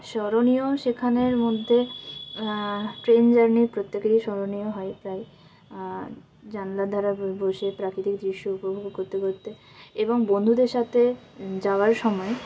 স্মরণীয় সেখানের মধ্যে ট্রেন জার্নি প্রত্যেকেরই স্মরণীয় হয় প্রয়ই জানলা ধারে ব বসে প্রাকৃতিক দৃশ্য উপভোগ করতে করতে এবং বন্ধুদের সাতে যাওয়ার সময়